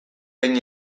hain